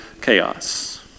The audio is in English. chaos